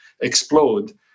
explode